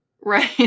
right